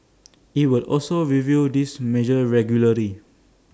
IT will also review these measures regularly